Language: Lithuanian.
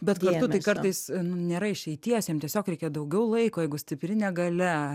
bet kartu tai kartais nu nėra išeities jam tiesiog reikia daugiau laiko jeigu stipri negalia